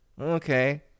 Okay